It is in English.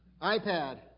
iPad